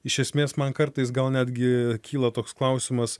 iš esmės man kartais gal netgi kyla toks klausimas